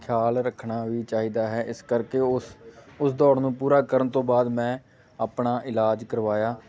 ਖਿਆਲ ਰੱਖਣਾ ਵੀ ਚਾਹੀਦਾ ਹੈ ਇਸ ਕਰਕੇ ਉਸ ਉਸ ਦੌੜ ਨੂੰ ਪੂਰਾ ਕਰਨ ਤੋਂ ਬਾਅਦ ਮੈਂ ਆਪਣਾ ਇਲਾਜ ਕਰਵਾਇਆ